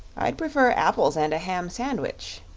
i'd prefer apples and a ham sandwich,